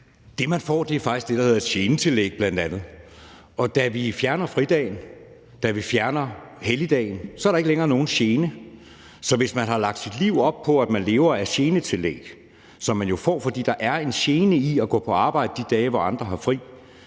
Det, man bl.a. får, er faktisk det, der hedder et genetillæg, og da vi fjerner fridagen, altså fjerner helligdagen, er der ikke længere nogen gene. Så hvis man har lagt sit liv op på, at man lever af genetillæg, som man jo får, fordi der er en gene i at gå på arbejde de dage, hvor andre har fri,